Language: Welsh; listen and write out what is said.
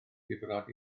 difrod